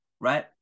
Right